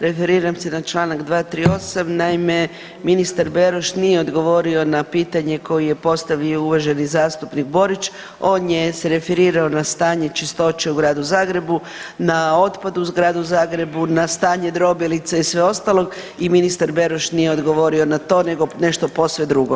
Referiram se na čl. 238., naime ministar Beroš nije odgovorio na pitanje koju je postavio uvaženi zastupnik Borić, on je se referirao na stanje čistoće u Gradu Zagrebu, na otpad u Gradu Zagrebu, na stanje drobilice i sve ostalo i ministar Beroš nije odgovorio na to, nego nešto posve drugo.